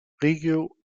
reggio